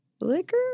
liquor